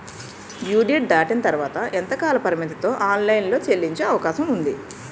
Due date దాటిన తర్వాత ఎంత కాలపరిమితిలో ఆన్ లైన్ లో చెల్లించే అవకాశం వుంది?